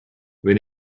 when